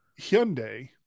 Hyundai